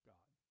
God